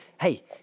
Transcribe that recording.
Hey